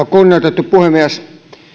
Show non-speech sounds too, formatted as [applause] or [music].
[unintelligible] kunnioitettu puhemies